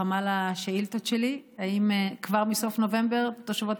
חמ"ל השאילתות שלי: האם כבר מסוף נובמבר תושבות